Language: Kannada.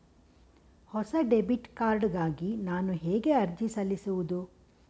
ಹೊಸ ಡೆಬಿಟ್ ಕಾರ್ಡ್ ಗಾಗಿ ನಾನು ಹೇಗೆ ಅರ್ಜಿ ಸಲ್ಲಿಸುವುದು?